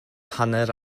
hanner